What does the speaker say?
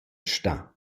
stà